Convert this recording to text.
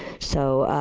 so,